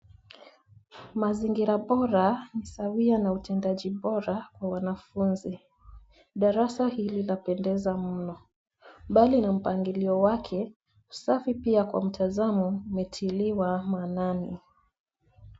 Mazingira bora ni sawia na utendaji bora kwa wanafunzi. Darasa hili lapendeza mno. Mbali na mpangilio wake, usafi pia kwa mtazamo umetiiliwa maanani.